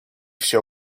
все